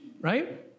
right